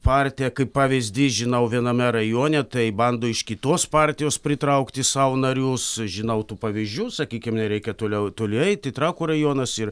partija kaip pavyzdį žinau viename rajone tai bando iš kitos partijos pritraukti sau narius žinau tų pavyzdžių sakykim nereikia toliau toli eiti trakų rajonas ir